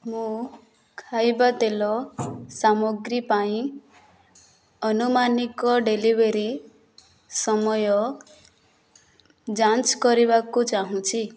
ମୁଁ ଖାଇବା ତେଲ ସାମଗ୍ରୀ ପାଇଁ ଆନୁମାନିକ ଡେଲିଭରି ସମୟ ଯାଞ୍ଚ କରିବାକୁ ଚାହୁଁଛି